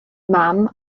mam